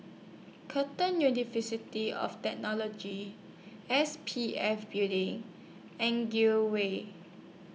Curtin University of Technology S P F Building and Gul Way